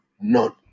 None